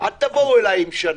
אל תבואו אליי עם שנה.